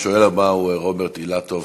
השואל הבא הוא רוברט אילטוב,